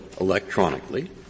electronically